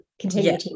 Continue